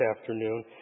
afternoon